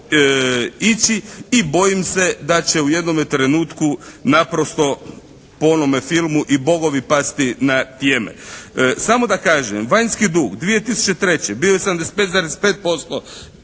ići i bojim se da će u jednome trenutku naprosto po onome filmu i "Bogovi pasti na tjeme". Samo da kažem vanjski dug 2003. bio je 75,5%